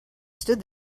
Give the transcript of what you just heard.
stood